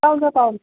ആ മേടം